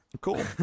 Cool